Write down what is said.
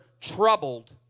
troubled